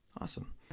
Awesome